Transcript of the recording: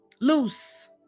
Loose